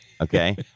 okay